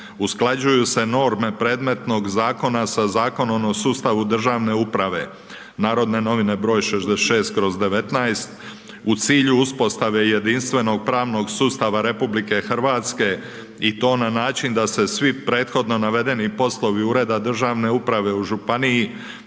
usklađuju se norme predmetnog zakona sa Zakonom o sustavu državne uprave NN br. 66/19 u cilju uspostave jedinstvenog pravnog sustava RH i to na način da se svi prethodno navedeni poslovi ureda državne uprave u županiji